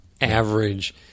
average